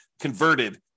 converted